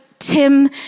Tim